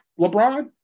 LeBron